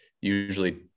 usually